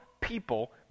people